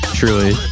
truly